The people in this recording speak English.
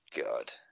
God